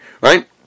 Right